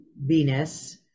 Venus